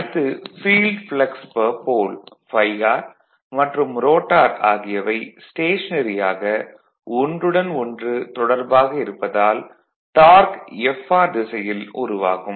அடுத்து field flux per pole Φr மற்றும் rotor ஆகியவை ஸ்டேஷனரியாக ஒன்றுடன் ஒன்று தொடர்பாக இருப்பதால் டார்க் Fr திசையில் உருவாகும்